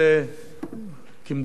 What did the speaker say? כמדינה דמוקרטית,